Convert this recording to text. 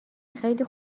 خیلی